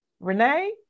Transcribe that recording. Renee